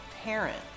parent